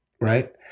right